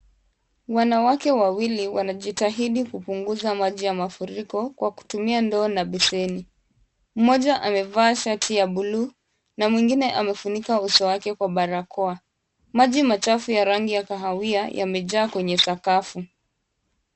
Wanawake wawili wanajitahidi kupunguza maji ya mafuriko kwa kutumia ndoo na beseni. Mmoja amevaa shati ya blue na mwingine amefunika uso wake kwa barakoa. Maji machafu ya rangi ya kahawia yamejaa kwenye sakafu.